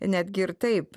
netgi ir taip